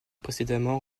précédemment